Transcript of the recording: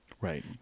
Right